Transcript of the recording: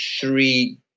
three –